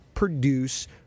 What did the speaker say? Produce